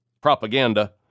propaganda